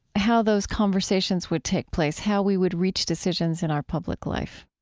how those conversations would take place, how we would reach decisions in our public life?